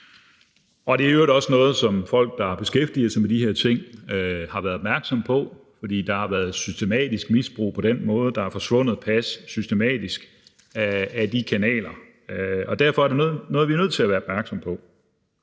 er i øvrigt også noget, som folk, der har beskæftiget sig med de her ting, har været opmærksom på, for der har været systematisk misbrug på den måde, at der systematisk er forsvundet pas ad de kanaler. Derfor er det noget, vi er nødt til at være opmærksom på.